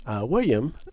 William